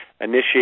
initiate